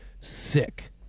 sick